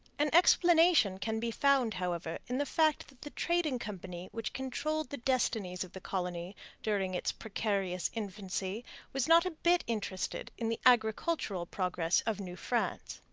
an explanation can be found, however, in the fact that the trading company which controlled the destinies of the colony during its precarious infancy was not a bit interested in the agricultural progress of new france.